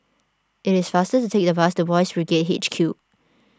it is faster to take the bus to Boys' Brigade H Q